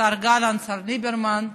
השר גלנט, השר ליברמן,